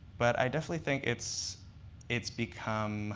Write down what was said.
but i definitely think it's it's become